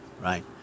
right